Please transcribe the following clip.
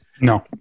No